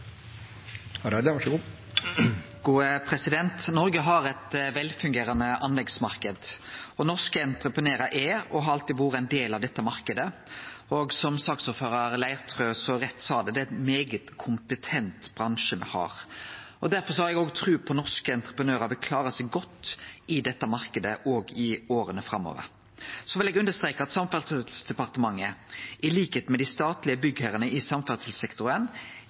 velfungerande anleggsmarknad, og norske entreprenørar er og har alltid vore ein del av denne marknaden. Og som saksordførar Leirtrø så rett sa det, er det ein svært kompetent bransje me har. Derfor har eg tru på at norske entreprenørar vil klare seg godt i denne marknaden òg i åra framover. Så vil eg understreke at Samferdselsdepartementet på same måte som dei statlege byggherrane i samferdselssektoren